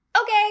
okay